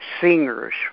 singers